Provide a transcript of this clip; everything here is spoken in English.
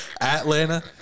Atlanta